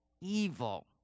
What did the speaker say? evil